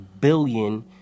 billion